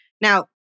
Now